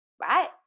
right